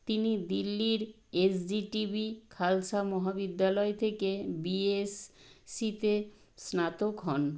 তিনি দিল্লির এসজিটিবি খালসা মহাবিদ্যালয় থেকে বিএস সিতে স্নাতক হন